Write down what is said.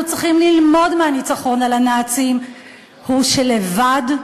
צריכים ללמוד מהניצחון על הנאצים הוא שלבד,